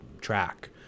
track